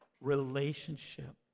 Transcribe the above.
Relationship